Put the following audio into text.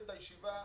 את הלימודים בישיבה.